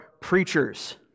preachers